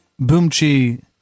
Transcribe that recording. Boomchi